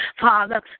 Father